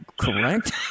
correct